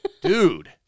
Dude